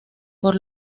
por